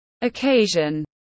occasion